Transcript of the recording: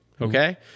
Okay